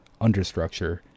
understructure